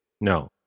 No